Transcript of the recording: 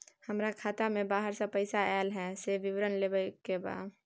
हमरा खाता में बाहर से पैसा ऐल है, से विवरण लेबे के बा?